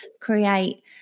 create